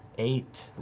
eight.